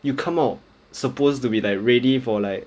you come out supposed to be like ready for like